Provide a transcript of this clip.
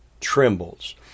trembles